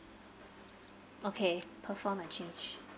okay perform a change